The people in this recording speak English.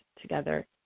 together